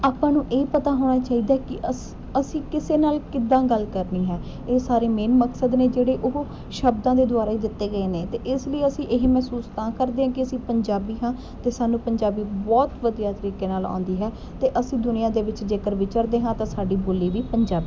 ਆਪਾਂ ਨੂੰ ਇਹ ਪਤਾ ਹੋਣਾ ਚਾਹੀਦਾ ਕਿ ਅਸ ਅਸੀਂ ਕਿਸੇ ਨਾਲ ਕਿੱਦਾਂ ਗੱਲ ਕਰਨੀ ਹੈ ਇਹ ਸਾਰੇ ਮੇਨ ਮਕਸਦ ਨੇ ਜਿਹੜੇ ਉਹ ਸ਼ਬਦਾਂ ਦੇ ਦੁਆਰਾ ਹੀ ਦਿੱਤੇ ਗਏ ਨੇ ਅਤੇ ਇਸ ਲਈ ਅਸੀਂ ਇਹ ਮਹਿਸੂਸ ਤਾਂ ਕਰਦੇ ਹਾਂ ਕਿ ਅਸੀਂ ਪੰਜਾਬੀ ਹਾਂ ਅਤੇ ਸਾਨੂੰ ਪੰਜਾਬੀ ਬਹੁਤ ਵਧੀਆ ਤਰੀਕੇ ਨਾਲ ਆਉਂਦੀ ਹੈ ਅਤੇ ਅਸੀਂ ਦੁਨੀਆ ਦੇ ਵਿੱਚ ਜੇਕਰ ਵਿਚਰਦੇ ਹਾਂ ਤਾਂ ਸਾਡੀ ਬੋਲੀ ਵੀ ਪੰਜਾਬੀ ਹੈ